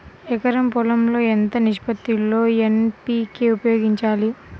ఎకరం పొలం లో ఎంత నిష్పత్తి లో ఎన్.పీ.కే ఉపయోగించాలి?